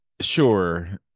Sure